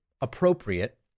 appropriate